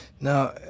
Now